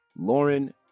lauren